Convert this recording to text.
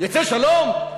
יצא שלום?